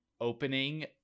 opening